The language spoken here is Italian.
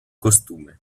costume